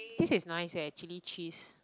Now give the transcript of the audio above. this is nice eh chili cheese